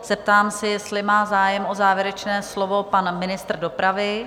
Zeptám se, jestli má zájem o závěrečné slovo pan ministr dopravy?